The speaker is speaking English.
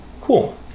Cool